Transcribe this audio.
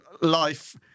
life